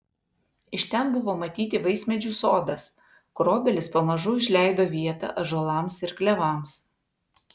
iš ten buvo matyti vaismedžių sodas kur obelys pamažu užleido vietą ąžuolams ir klevams